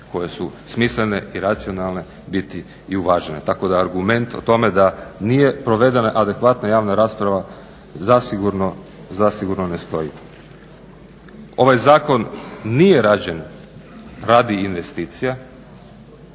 koje su smislene i racionalne biti i uvažene. Tako da argument o tome da nije provedena adekvatna javna rasprava zasigurno ne stoji. Ovaj zakon nije rađen radi investicija,